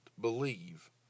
believe